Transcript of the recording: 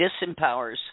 disempowers